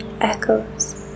echoes